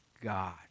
God